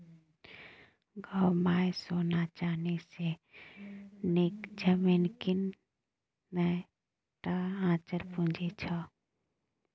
गै माय सोना चानी सँ नीक जमीन कीन यैह टा अचल पूंजी छौ